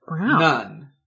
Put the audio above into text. none